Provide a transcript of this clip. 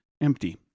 Empty